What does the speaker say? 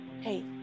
hey